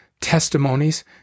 testimonies